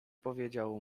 powiedział